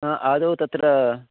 आ आदौ तत्र